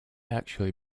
actually